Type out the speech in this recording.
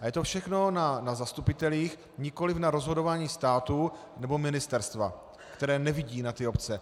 A je to všechno na zastupitelích, nikoliv na rozhodování státu nebo ministerstva, které nevidí na ty obce.